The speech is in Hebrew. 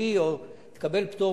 אבל גם בניגוד מוחלט להיגיון,